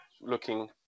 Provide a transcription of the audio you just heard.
looking